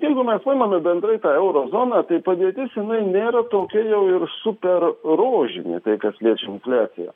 jeigu mes paimame bendrai tą euro zoną tai padėtis jinai nėra tokia jau ir super rožinė tai kas liečia infliaciją